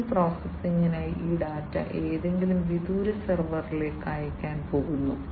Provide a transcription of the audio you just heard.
കൂടുതൽ പ്രോസസ്സിംഗിനായി ഈ ഡാറ്റ ഏതെങ്കിലും വിദൂര സെർവറിലേക്ക് അയയ്ക്കാൻ പോകുന്നു